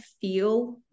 feel